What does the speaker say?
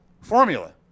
formula